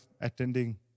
attending